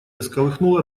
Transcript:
всколыхнула